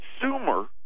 consumer